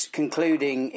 concluding